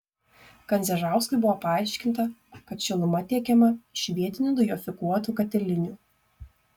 kandzežauskui buvo paaiškinta kad šiluma tiekiama iš vietinių dujofikuotų katilinių